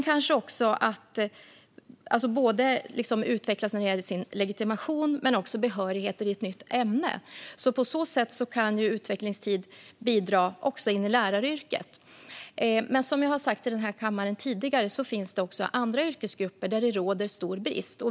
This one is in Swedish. Det kan även handla om behörigheter i ett nytt ämne. På så sätt kan utvecklingstid bidra också in i läraryrket. Som jag har sagt i den här kammaren tidigare finns det också andra yrkesgrupper där det råder stor brist.